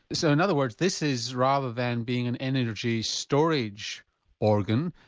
so and other words this is, rather than being an energy storage organ,